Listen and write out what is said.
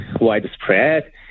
widespread